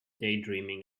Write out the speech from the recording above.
daydreaming